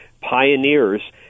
pioneers